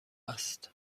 است